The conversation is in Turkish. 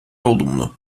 olumlu